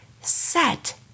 set